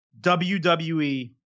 WWE